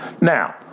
Now